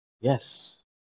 Yes